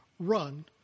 Run